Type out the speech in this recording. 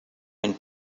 and